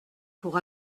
pour